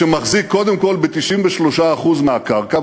שמחזיק קודם כול ב-93% מהקרקע.